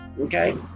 okay